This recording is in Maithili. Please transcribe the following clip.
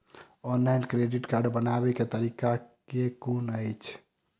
ऑफलाइन क्रेडिट कार्ड बनाबै केँ तरीका केँ कुन अछि?